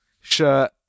shirt